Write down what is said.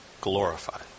Glorified